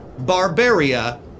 Barbaria